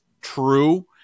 true